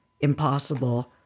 impossible